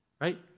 Right